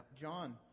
John